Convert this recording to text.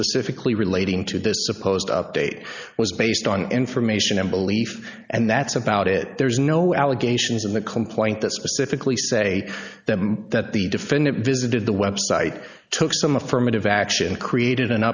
specifically relating to this supposed update was based on information and belief and that's about it there's no allegations in the complaint that specifically say that the defendant visited the website took some affirmative action created an